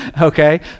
Okay